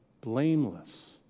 blameless